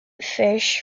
fish